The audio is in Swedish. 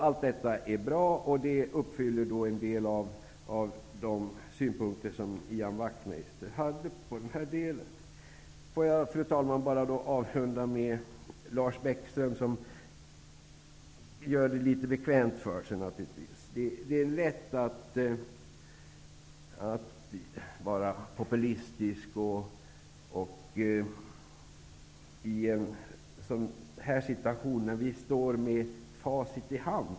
Allt detta är bra och i enlighet med en del av de synpunkter som Ian Wachtmeister hade. Fru talman! Jag vill avrunda med att vända mig till Lars Bäckström. Han gör det litet bekvämt för sig. Det är lätt att vara populistisk när vi har facit i hand.